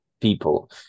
people